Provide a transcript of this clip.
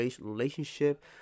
relationship